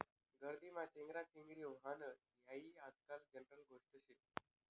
गर्दीमा चेंगराचेंगरी व्हनं हायी आजकाल जनरल गोष्ट शे